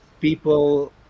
people